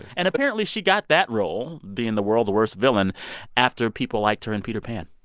and apparently, she got that role being the world's worst villain after people like her in peter pan.